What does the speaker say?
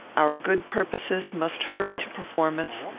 our good purposes must hurry to performance,